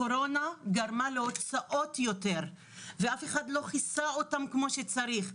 הקורונה גרמה ליותר הוצאות ואף אחד לא כיסה אותן כמו שצריך.